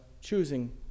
choosing